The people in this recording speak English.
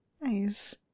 Nice